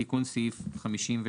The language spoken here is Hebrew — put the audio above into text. לגבי תיקון סעיף 53: